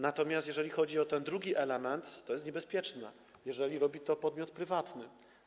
Natomiast jeżeli chodzi o ten drugi element, to jest to niebezpieczne, kiedy robi to podmiot prywatny.